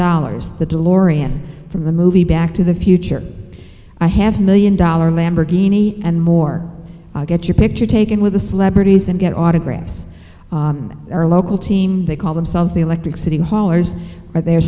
dollars the delorean from the movie back to the future i have million dollar lamborghini and more i get your picture taken with the celebrities and get autographs at our local team they call themselves the electric city hollers or they're